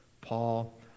Paul